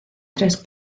tres